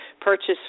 purchase